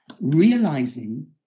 Realizing